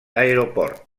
aeroport